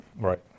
Right